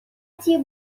غلتی